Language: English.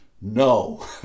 no